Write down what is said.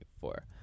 four